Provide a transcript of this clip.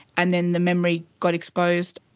and then the memory got exposed.